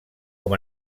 com